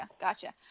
gotcha